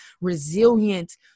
resilient